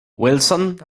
wilson